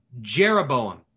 Jeroboam